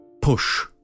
push